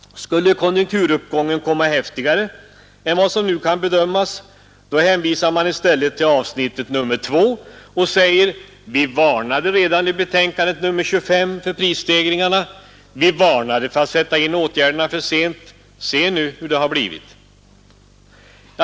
Skulle konjunkturuppgången komma häftigare än vad som nu kan bedömas, då hänvisar man i stället till ett annat avsnitt och säger: Vi varnade redan i betänkande nr 25 för prisstegringarna, vi varnade för att sätta in åtgärderna för sent. Se nu hur det har blivit!